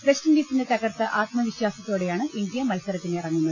വെസ്റ്റിൻഡീസിനെ തകർത്ത് ആത്മവിശ്വാസത്തോടെ യാണ് ഇന്ത്യ മത്സരത്തിനിറങ്ങുന്നത്